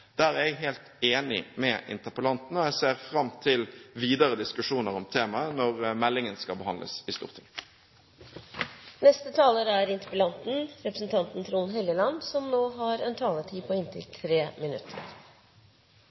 Der er jeg helt enig med interpellanten. Jeg ser fram til videre diskusjoner om temaet når meldingen skal behandles i